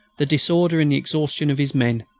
the disorder and the exhaustion of his men.